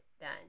done